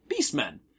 Beastmen